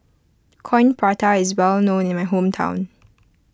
Coin Prata is well known in my hometown